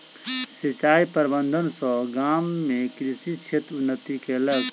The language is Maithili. सिचाई प्रबंधन सॅ गाम में कृषि क्षेत्र उन्नति केलक